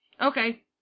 okay